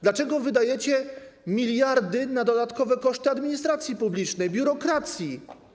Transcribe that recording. Dlaczego wydajecie miliardy na dodatkowe koszty administracji publicznej, biurokracji?